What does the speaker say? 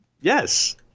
Yes